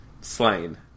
slain